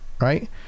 right